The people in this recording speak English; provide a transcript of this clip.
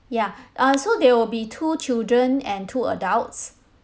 ya uh so there will be two children and two adults